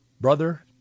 brother